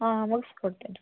ಹಾಂ ಮುಗಿಸ್ಕೊಡ್ತೀನಿ